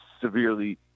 severely